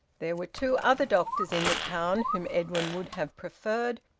there were two other doctors in the town whom edwin would have preferred,